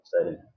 exciting